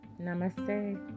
namaste